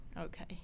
Okay